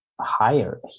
higher